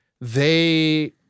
they-